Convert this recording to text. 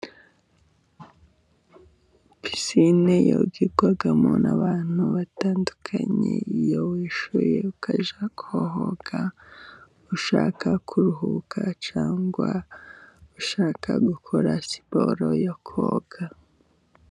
Pisine yogerwamo n'abantu batandukanye, iyo wishyuye ukajya koga, ushaka kuruhuka cyangwa ushaka gukora siporo yo koga.